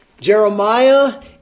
Jeremiah